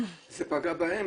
זה פגע בהם,